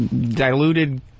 Diluted